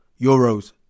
Euros